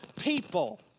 people